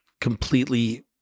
completely